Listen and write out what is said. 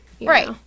Right